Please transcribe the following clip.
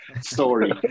story